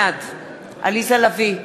בעד עליזה לביא,